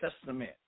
Testament